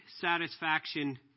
satisfaction